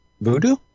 voodoo